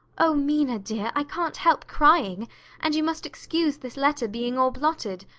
oh, mina dear, i can't help crying and you must excuse this letter being all blotted.